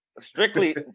Strictly